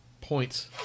points